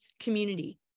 community